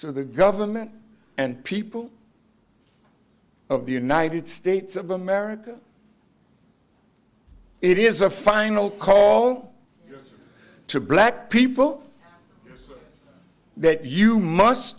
to the government and people of the united states of america it is a final call to black people that you must